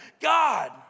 God